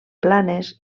planes